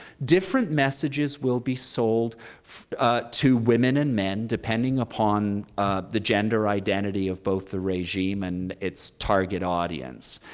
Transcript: different messages will be sold to women and men depending upon the gender identity of both the regime and its target audience.